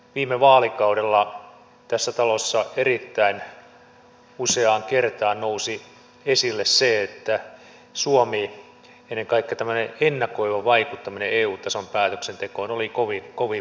viime vaalikaudella tässä talossa erittäin useaan kertaan nousi esille se että suomen ennen kaikkea ennakoiva vaikuttaminen eu tason päätöksentekoon oli kovin vajavaista